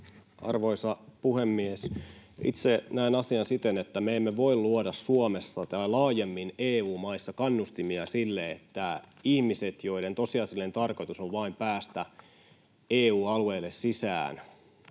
Arvoisa puhemies! Itse näen asian siten, että me emme voi luoda Suomessa tai laajemmin EU-maissa kannustimia sille, että ihmiset, joiden tosiasiallinen tarkoitus on vain päästä EU-alueelle sisään,